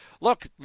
look